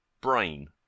brain